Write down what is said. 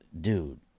dude